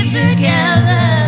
together